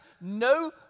no